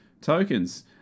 tokens